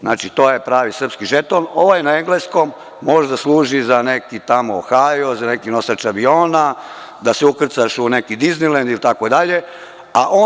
Znači, to je pravi srpski žeton, ovaj na engleskom možda služi za neki tamo Ohajo, nosač aviona, da se ukrcaš u neki Diznilend ili tako dalje.